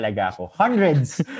hundreds